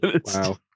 Wow